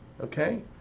Okay